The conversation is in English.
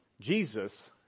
Jesus